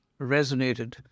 resonated